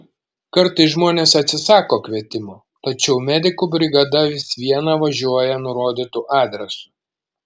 kartais žmonės atsisako kvietimo tačiau medikų brigada vis viena važiuoja nurodytu adresu